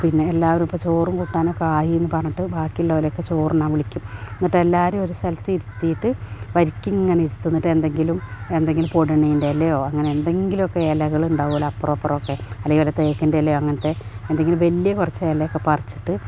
പിന്നെ എല്ലാവരും ഇപ്പം ചോറും കൂട്ടാനൊക്കെ ആയിയെന്നു പറഞ്ഞിട്ട് ബാക്കി ഉള്ളോരെയൊക്കെ ചോറുണ്ണാൻ വിളിക്കും എന്നിട്ട് എല്ലാവരെയും ഒരു സ്ഥലത്തിരുത്തിയിട്ട് വരിക്കിങ്ങനിരുത്തും എന്നിട്ടെന്തെങ്കിലും എന്തെങ്കിലും പൊഡണേൻ്റിലയോ അങ്ങനെ എന്തെങ്കിലുമൊക്കെ ഇലകളുണ്ടാകുമല്ലൊ അപ്പുറം ഇപ്പുറമൊക്കെ അല്ലെ വല്ല തേക്കിൻ്റിലയോ അങ്ങനത്തെ എന്തെങ്കിലും വലിയ കുറച്ചിലൊക്കെ പറിച്ചിട്ട്